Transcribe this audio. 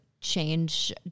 change